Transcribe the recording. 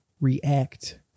react